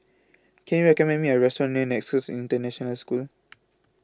Can YOU recommend Me A Restaurant near Nexus International School